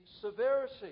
severity